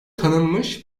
tanınmış